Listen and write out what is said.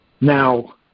Now